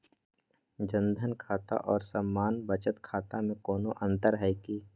जन धन खाता और सामान्य बचत खाता में कोनो अंतर है की?